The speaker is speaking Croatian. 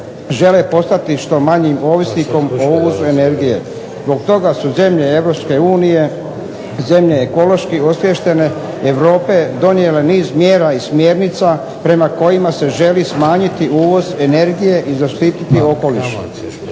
žele postati što manjim ovisnikom o uvozu energije. Zbog toga su zemlje Europske unije zemlje ekološki osviještene Europe donijele niz mjera i smjernica prema kojima se želi smanjiti uvoz energije i zaštiti okoliš.